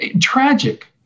Tragic